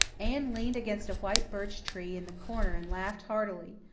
anne leaned against a white birch tree in the corner and laughed heartily,